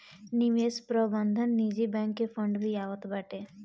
निवेश प्रबंधन निजी बैंक के फंड भी आवत बाटे